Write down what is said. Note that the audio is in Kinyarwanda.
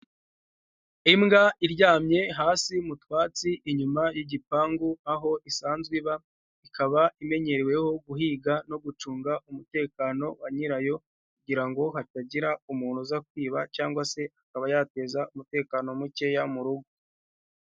Imbwa iryamye hasi mutwatsi inyuma y'igipangu, aho isanzwe iba, ikaba imenyereweho guhiga no gucunga umutekano wa nyirayo, kugira ngo hatagira umuntu uza kwiba cyangwa se akaba yateza umutekano mukeya mu rugo.